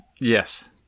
Yes